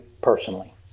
personally